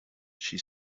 she